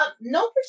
No